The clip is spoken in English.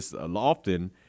Often